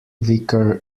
vicar